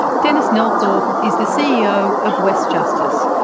denis nelthorpe is the ceo of west justice,